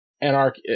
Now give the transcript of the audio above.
anarch